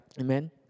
Amen